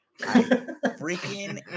Freaking